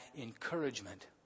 encouragement